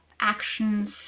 actions